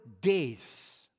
days